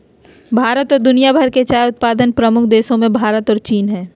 भारत और दुनिया भर में चाय उत्पादन प्रमुख देशों मेंभारत और चीन हइ